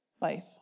life